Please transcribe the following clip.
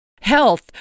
health